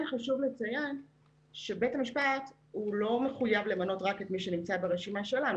חשוב לציין שבית המשפט לא מחויב למנות רק את מי שנמצא ברשימה שלנו.